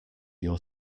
your